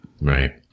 Right